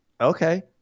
Okay